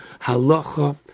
halacha